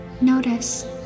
Notice